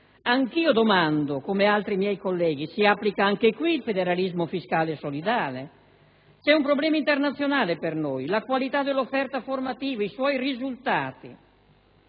Anch'io domando - come altri miei colleghi - se si applichi anche qui il federalismo fiscale e solidale. C'è un problema internazionale per noi: la qualità dell'offerta formativa e i suoi risultati.